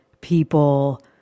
people